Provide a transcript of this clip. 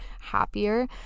happier